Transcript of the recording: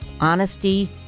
honesty